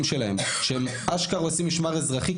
שלהם שהם אשכרה עושים משמר אזרחי,